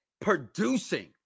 producing